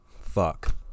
Fuck